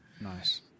Nice